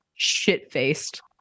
shit-faced